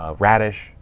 ah radish.